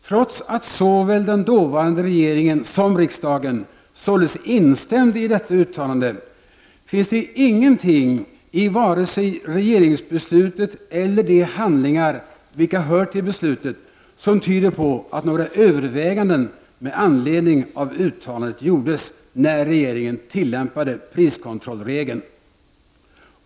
Trots att såväl den dåvarande regeringen som riksdagen således instämde i detta uttalande, finns det ingenting i vare sig regeringsbeslutet eller de handlingar vilka hör till beslutet som tyder på att några överväganden med anledning av uttalandet gjordes när regeringen tillämpade priskontrollregeln.